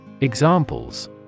Examples